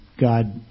God